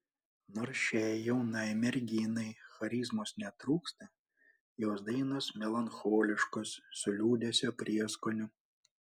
nors šiai jaunai merginai charizmos netrūksta jos dainos melancholiškos su liūdesio prieskoniu